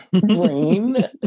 brain